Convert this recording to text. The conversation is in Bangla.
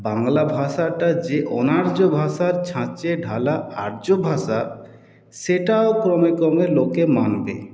বাংলা ভাষাটা যে অনার্য ভাষার ছাঁচে ঢালা আর্য ভাষা সেটাও ক্রমে ক্রমে লোকে মানবে